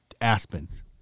aspens